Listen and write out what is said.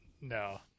No